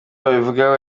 babivugaho